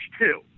two